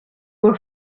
were